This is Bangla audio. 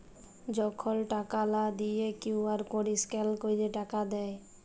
যখল টাকা লা দিঁয়ে কিউ.আর কড স্ক্যাল ক্যইরে টাকা দেয়